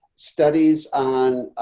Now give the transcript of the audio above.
studies on